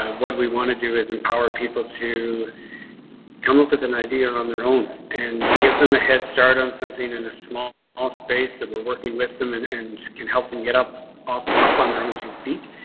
um what we want to do is empower people to come up with an idea and on their own and give them a head start on something in a small ah space that we're working with them and and can help him get up off on their own two feet.